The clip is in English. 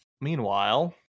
meanwhile